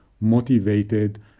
motivated